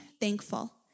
thankful